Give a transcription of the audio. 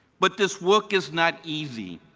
but this work is not easy,